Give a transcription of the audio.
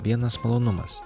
vienas malonumas